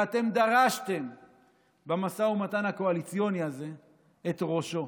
ואתם דרשתם במשא ומתן הקואליציוני הזה את ראשו.